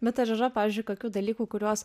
bet ar yra pavyzdžiui kokių dalykų kuriuos